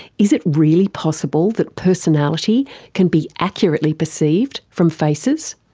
is it really possible that personality can be accurately perceived from faces?